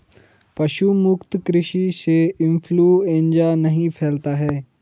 पशु मुक्त कृषि से इंफ्लूएंजा नहीं फैलता है